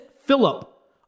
Philip